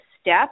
step